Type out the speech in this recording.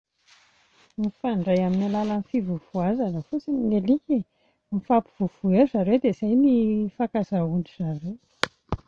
Mifandray amin'ny alalan'ny fivovoazana fotsiny ny alika e, mifampivovoa eo ry zareo dia izay no ifankazahoan-dry zareo.